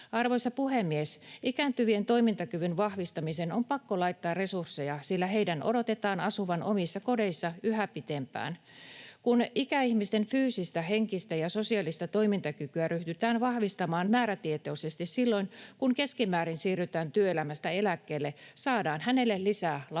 Arvoisa puhemies! Ikääntyvien toimintakyvyn vahvistamiseen on pakko laittaa resursseja, sillä heidän odotetaan asuvan omissa kodeissaan yhä pidempään. Kun ikäihmisen fyysistä, henkistä ja sosiaalista toimintakykyä ryhdytään vahvistamaan määrätietoisesti silloin, kun keskimäärin siirrytään työelämästä eläkkeelle, saadaan hänelle lisää laatuvuosia.